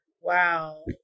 wow